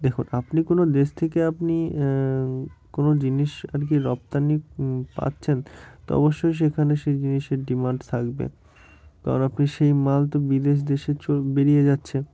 দেখুন আপনি কোনো দেশ থেকে আপনি কোনো জিনিস আর কি রপ্তানি পাচ্ছেন তো অবশ্যই সেখানে সেই জিনিসের ডিমান্ড থাকবে কারণ আপনি সেই মাল তো বিদেশ দেশে ছ বেরিয়ে যাচ্ছে